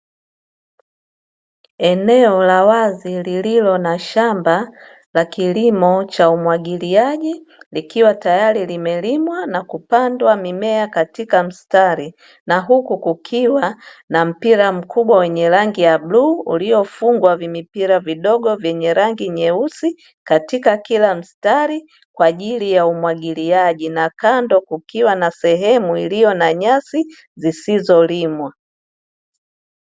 Eneo la wazi lililo na shamba la kilimo cha umwagiliaji likiwa tayari limelimwa na kupandwa mimea katika mstari, na huku kukiwa na mpira mkubwa wenye rangi ya bluu uliyofungwa vimipira vidogo vyenye rangi nyeusi katika kila mstari kwa ajili ya umwagiliaji, na kando kukiwa na sehemu iliyo na nyasi zisizolimwa.